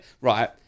right